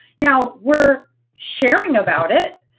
now were sharing about it.